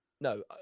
No